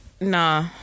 Nah